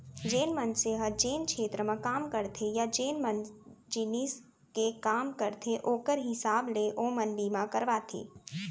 जेन मनसे ह जेन छेत्र म काम करथे या जेन जिनिस के काम करथे ओकर हिसाब ले ओमन बीमा करवाथें